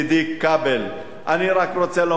גברתי, ואני,